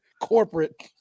corporate